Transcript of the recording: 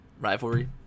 rivalry